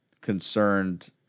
concerned